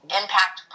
impact